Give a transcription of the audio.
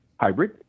hybrid